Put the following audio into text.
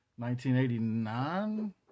1989